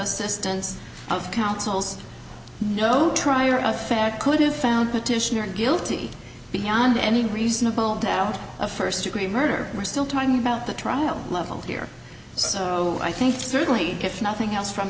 assistance of counsels no trier of fact could have found petitioner guilty beyond any reasonable doubt a first degree murder we're still trying to about the trial level here so i think certainly if nothing else from